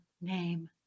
name